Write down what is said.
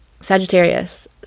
Sagittarius